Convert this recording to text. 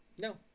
No